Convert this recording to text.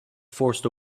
forced